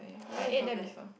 I ate there before